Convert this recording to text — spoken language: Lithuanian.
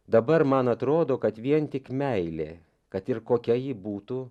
dabar man atrodo kad vien tik meilė kad ir kokia ji būtų